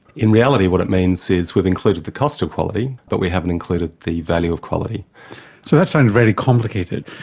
in reality what it means is we've included the cost of quality but we haven't included the value of quality. so that sounds very complicated.